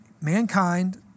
mankind